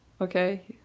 okay